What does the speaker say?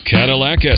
Cadillac